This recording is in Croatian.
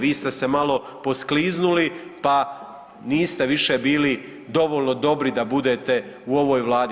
Vi ste se malo poskliznuli pa niste više bili dovoljno dobri da budete u ovoj Vladi.